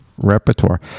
repertoire